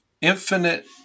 infinite